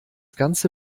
ganze